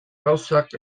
gauzak